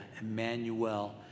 Emmanuel